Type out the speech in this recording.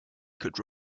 could